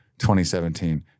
2017